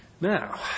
Now